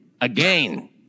Again